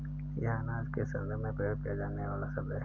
यह अनाज के संदर्भ में प्रयोग किया जाने वाला शब्द है